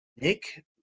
Nick